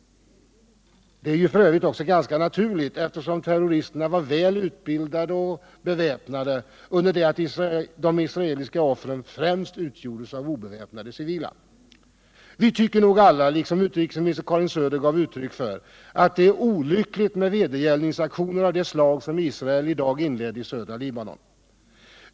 Detta är f. ö. ganska naturligt, eftersom terroristerna varit väl utbildade och beväpnade, under det att de israeliska offren främst utgjorts av obeväpnade civila. Vi tycker nog alla, såsom utrikesministern gav uttryck för, att det är olyckligt med vedergällningsaktioner av det slag som Israel i dag inledde i södra Libanon.